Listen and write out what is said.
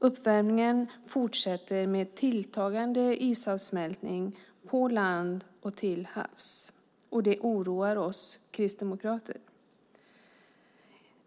Uppvärmningen fortsätter med tilltagande isavsmältning på land och till havs. Det oroar oss kristdemokrater.